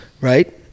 right